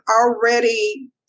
already